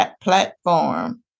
platform